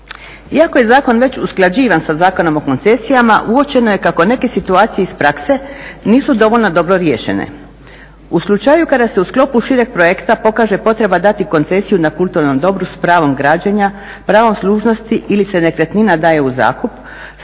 Iako je zakon već usklađivan sa Zakonom o koncesijama uočeno je kako neke situacije iz prakse nisu dovoljno dobro riješene. U slučaju kada se u sklopu šireg projekta pokaže potreba dati koncesiju na kulturnom dobru s pravom građenja, pravom služnosti ili se nekretnina daje u zakup